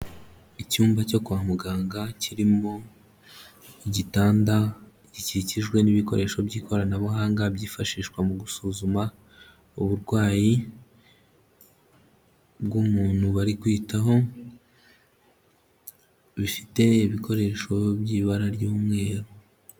Icyumba cyo kwa muganga, kirimo igitanda gikikijwe n'ibikoresho by'ikoranabuhanga byifashishwa mu gusuzuma, uburwayi bw'umuntu bari kwitaho, bifite ibikoresho by'ibara ry'umweru.